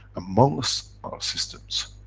amongst our systems,